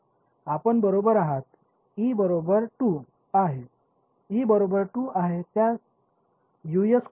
आपण बरोबर आहात e बरोबर 2 आहे e बरोबर 2 आहे त्यात Us कोणते आहे